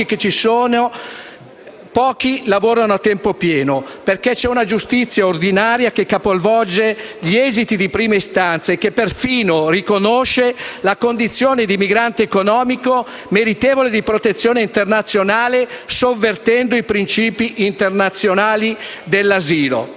che ci sono, pochi lavorano a tempo pieno; perché c'è una giustizia ordinaria che capovolge gli esiti di prima istanza e che persino riconosce la condizione di migrante economico, meritevole di protezione internazionale, sovvertendo i principi internazionali dell'asilo.